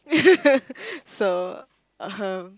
so um